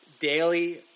daily